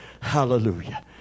Hallelujah